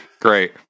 Great